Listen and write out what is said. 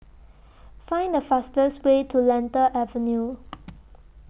Find The fastest Way to Lentor Avenue